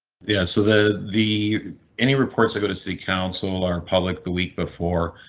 yeah, so the the any reports i go to city council are public the week before.